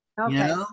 Okay